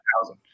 thousand